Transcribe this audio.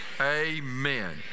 amen